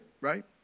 right